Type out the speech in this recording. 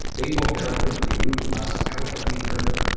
they will now quickly root us out of the earth.